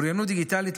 אוריינות דיגיטלית,